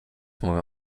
mówią